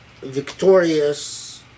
victorious